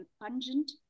pungent